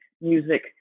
music